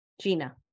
Gina